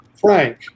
Frank